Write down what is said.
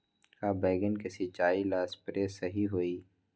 का बैगन के सिचाई ला सप्रे सही होई?